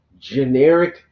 generic